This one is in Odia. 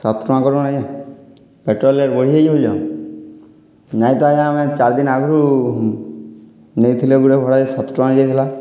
ସାତ୍ ଟଙ୍କା କରୁନ୍ ଆଜ୍ଞା ପେଟ୍ରୋଲ୍ ରେଟ୍ ବଢ଼ିଯାଇଛେ ବଲୁଛ ନାଇଁ ତ ଆଜ୍ଞା ଆମେ ଚାର୍ଦିନ୍ ଆଗ୍ରୁ ନେଇଥିଲେ ଗୋଟେ ଭଡ଼ା ଯେ ସାତ୍ ଟଙ୍କାରେ ଯାଇଥିଲା